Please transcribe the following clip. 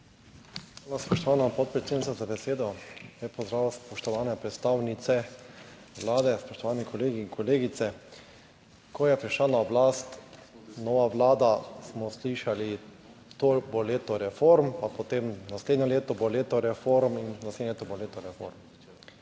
Hvala, spoštovana podpredsednica, za besedo. Lep pozdrav, spoštovane predstavnice Vlade, spoštovani kolegi in kolegice! Ko je prišla na oblast nova vlada smo slišali to bo leto reform, pa potem naslednje leto bo leto reform in naslednje leto bo leto reform.